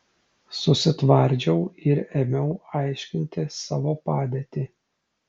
susitvardžiau ir ėmiau aiškinti savo padėtį